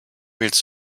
willst